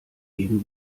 gegen